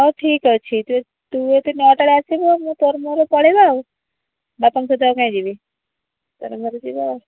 ହେଉ ଠିକ୍ ଅଛି ତୁ ଯଦି ନଅଟା ବେଳେ ଆସିବୁ ମୁଁ ତୋର ମୋର ପଳାଇବା ଆଉ ବାପାଙ୍କ ସହିତ ଆଉ କାହିଁ ଯିବି ତୋର ମୋର ଯିବା